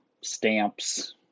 stamps